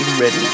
Ready